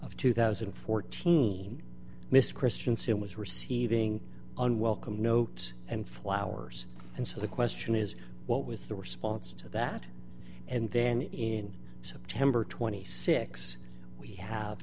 of two thousand and fourteen miss christiansen was receiving unwelcome notes and flowers and so the question is what was the response to that and then in september twenty six we have